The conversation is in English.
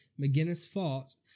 McGinnis-Fault